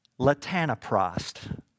Latanoprost